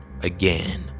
again